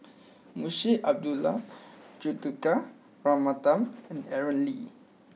Munshi Abdullah Juthika Ramanathan and Aaron Lee